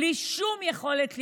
בלי שום יכולת להתגונן.